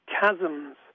chasms